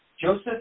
Joseph